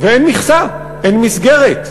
ואין מכסה, אין מסגרת.